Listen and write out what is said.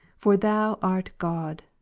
for thou art god,